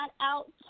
out